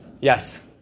Yes